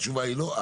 התשובה היא לא,